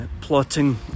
plotting